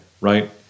Right